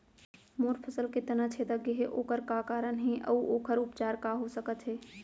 मोर फसल के तना छेदा गेहे ओखर का कारण हे अऊ ओखर उपचार का हो सकत हे?